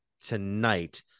tonight